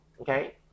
Okay